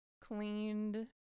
cleaned